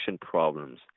problems